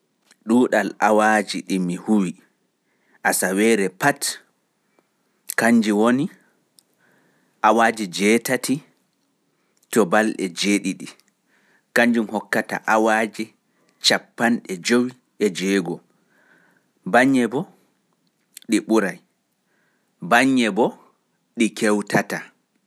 Duɗal awaaji ɗi mi huwi asawere pat kanji ngoni jetati nde ceɗiɗi(eightxseven)=cappande jowi e joweego(fifty six). Bannye ɗi ɓurai, bannye ɗi kewtata.